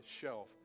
shelf